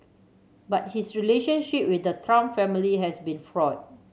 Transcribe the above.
but his relationship with the Trump family has been fraught